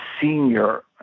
Senior